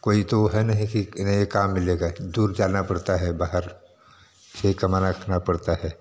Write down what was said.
कोई तो है नहीं कि नए काम मिलेगा दूर जाना पड़ता है बाहर यही कमाना खाना पड़ता है